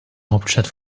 hauptstadt